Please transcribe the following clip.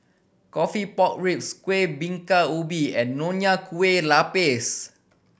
coffee pork ribs Kueh Bingka Ubi and Nonya Kueh Lapis